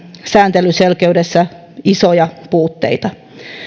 sääntelyselkeydessä isoja puutteita